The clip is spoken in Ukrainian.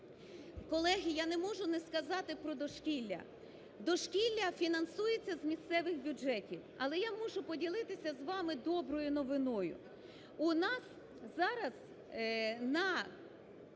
Колеги, я не можу не сказати про дошкілля. Дошкілля фінансується з місцевих бюджетів. Але я мушу поділитися з вами доброю новиною.